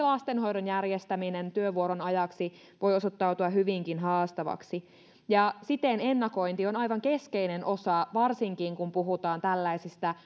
lastenhoidon järjestäminen työvuoron ajaksi voi osoittautua hyvinkin haastavaksi siten ennakointi on aivan keskeinen osa varsinkin kun puhutaan tällaisista